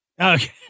Okay